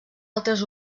altres